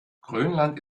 grönland